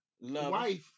wife